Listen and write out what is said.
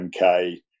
mk